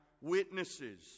witnesses